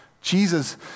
Jesus